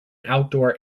outdoor